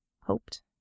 hoped